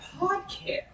podcast